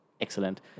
Excellent